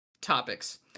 topics